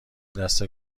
دسته